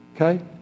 Okay